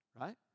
Right